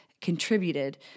contributed